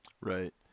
Right